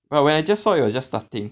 but when I just saw it was just starting